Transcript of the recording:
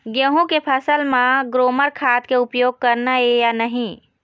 गेहूं के फसल म ग्रोमर खाद के उपयोग करना ये या नहीं?